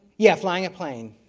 yeah flying a plane.